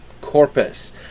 corpus